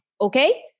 okay